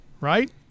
right